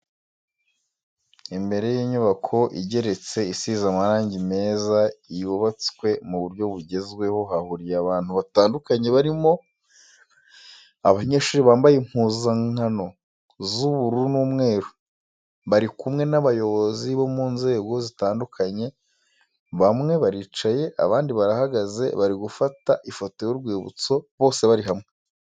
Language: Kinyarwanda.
Imbere y'inyubako igeretse, isize amarangi meza yubatswe mu buryo bugezweho hahuriye abantu batandukanye barimo abanyeshuri bambaye impuzankano z'ubururu n'umweru, bari kumwe n'abayobozi bo mu nzego zitandukanye, bamwe baricaye abandi barahagaze bari gufata ifoto y'urwibutso bose bari hamwe.